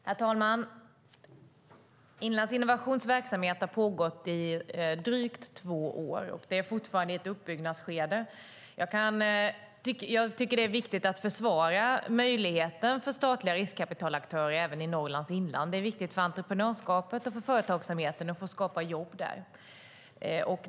Herr talman! Inlandsinnovations verksamhet har pågått i drygt två år och är fortfarande i ett uppbyggnadsskede. Jag tycker att det är viktigt att försvara möjligheten för statliga riskkapitalaktörer även i Norrlands inlands. Det är viktigt för entreprenörskapet och för företagsamheten att få skapa jobb där.